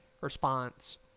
response